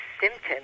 symptoms